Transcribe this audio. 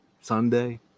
sunday